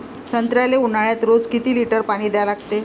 संत्र्याले ऊन्हाळ्यात रोज किती लीटर पानी द्या लागते?